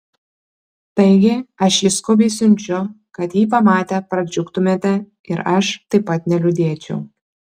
taigi aš jį skubiai siunčiu kad jį pamatę pradžiugtumėte ir aš taip pat neliūdėčiau